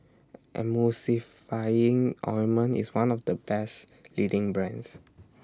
Emulsying Ointment IS one of The Best leading brands